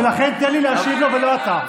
ולכן תן לי להשיב לו, ולא אתה.